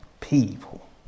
people